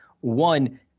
one